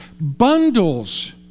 bundles